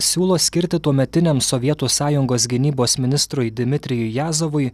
siūlo skirti tuometiniam sovietų sąjungos gynybos ministrui dmitrijui jazovui